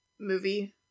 movie